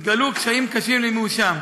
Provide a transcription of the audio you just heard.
התגלו קשיים קשים במימושן.